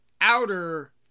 outer